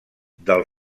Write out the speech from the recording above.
del